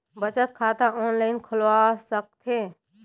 बचत खाता ऑनलाइन खोलवा सकथें?